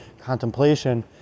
contemplation